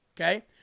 okay